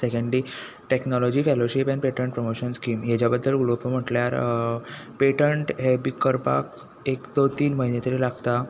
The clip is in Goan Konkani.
secondary technology fellowship and patent promotion scheme हाज्या बद्दल उलोवपा म्हटल्यार पेटंट हे बी करपाक एक दो तीन म्हयने तरी लागता